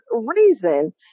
reason